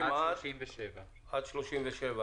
עד (37)